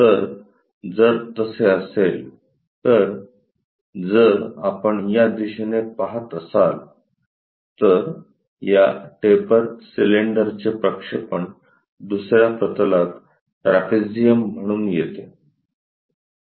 तर जर तसे असेल तर जर आपण या दिशेने पाहत असाल तर या टेपर सिलेंडरचे प्रक्षेपण दुसर्या प्रतलात ट्रॅपेझियम म्हणून येतो